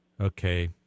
Okay